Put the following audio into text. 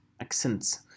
Accents